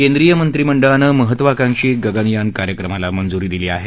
केद्रीय मंत्रिमंडळानं महत्वाकांक्षी गगनयान कार्यक्रमाला मंजुरी दिली आहे